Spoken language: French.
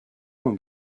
moins